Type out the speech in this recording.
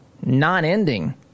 non-ending